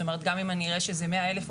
זאת אומרת גם אם אני אראה שזה מאה אלף,